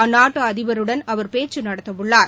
அந்நாட்டு அதிபருடன் அவர் பேச்சு நடத்தவுள்ளார்